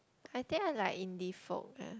I think I like indie folk eh